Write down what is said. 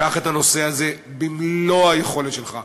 קח את הנושא הזה במלוא היכולת שלך,